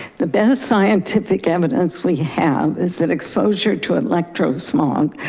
the best scientific evidence we have is that exposure to electrodes smog,